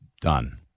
done